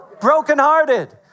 brokenhearted